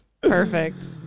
Perfect